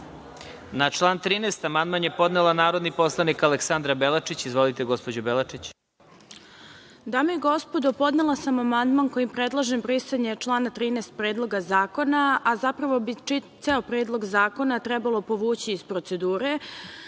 član 13. amandman je podnela narodni poslanik Aleksandra Belačić. Izvolite, gospođo Belačić. **Aleksandra Belačić** Dame i gospodo, podnela sam amandman kojim predlažem brisanje člana 13. Predloga zakona, a zapravo bi ceo Predlog zakona trebalo povući iz procedure